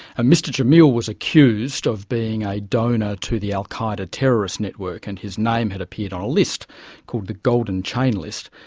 mr jamil was accused of being a donor to the al-qaeda terrorist network and his name had appeared on a list called the golden chain list.